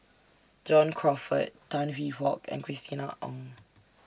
John Crawfurd Tan Hwee Hock and Christina Ong